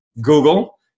Google